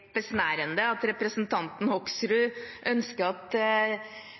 besnærende at representanten Hoksrud ønsker at